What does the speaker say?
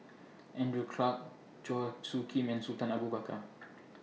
Andrew Clarke Chua Soo Khim and Sultan Abu Bakar